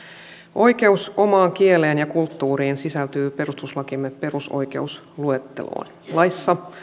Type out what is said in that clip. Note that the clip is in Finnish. oikeus omaan kieleen ja kulttuuriin sisältyy perustuslakimme perusoikeusluetteloon laissa